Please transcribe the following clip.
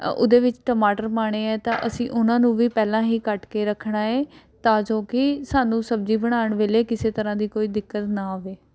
ਉਹਦੇ ਵਿੱਚ ਟਮਾਟਰ ਪਾਉਣੇ ਹੈ ਤਾਂ ਅਸੀਂ ਉਹਨਾਂ ਨੂੰ ਵੀ ਪਹਿਲਾਂ ਹੀ ਕੱਟ ਕੇ ਰੱਖਣਾ ਹੈ ਤਾਂ ਜੋ ਕਿ ਸਾਨੂੰ ਸਬਜ਼ੀ ਬਣਾਉਣ ਵੇਲੇ ਕਿਸੇ ਤਰ੍ਹਾਂ ਦੀ ਕੋਈ ਦਿੱਕਤ ਨਾ ਆਵੇ